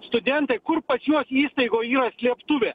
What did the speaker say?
studentai kur pačios įstaigoj yra slėptuvė